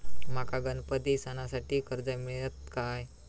माका गणपती सणासाठी कर्ज मिळत काय?